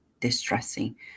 distressing